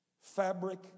fabric